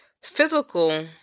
Physical